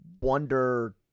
wonder